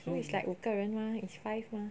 so it's like 五个人 mah it's five mah